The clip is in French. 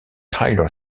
tyler